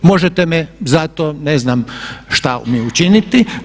Možete me za to, ne znam šta mi učiniti.